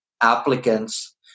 applicants